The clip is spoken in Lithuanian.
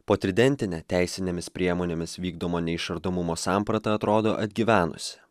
potridentinė teisinėmis priemonėmis vykdomo neišardomumo samprata atrodo atgyvenusi